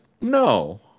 no